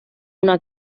una